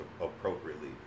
appropriately